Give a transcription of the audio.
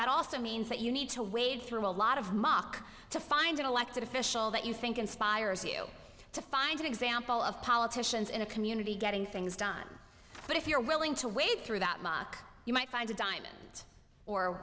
that also means that you need to wade through a lot of mock to find an elected official that you think inspires you to find an example of politicians in a community getting things done but if you're willing to wade through that moch you might find a diamond or